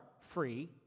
free